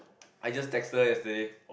I just texted her yesterday